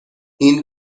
این